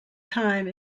time